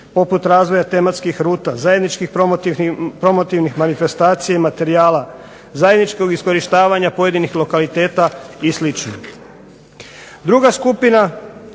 poput razvoja tematskih ruta, zajedničkih promotivnih manifestacija i materijala, zajedničkog iskorištavanja pojedinih lokaliteta i sl. Druga skupina